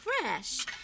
fresh